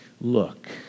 Look